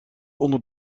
onder